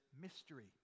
mystery